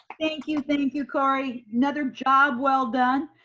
thank you, thank you, kori. another job well done.